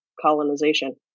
colonization